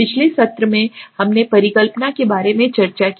पिछले सत्र में हमारे पास है परिकल्पना के बारे में चर्चा की